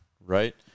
right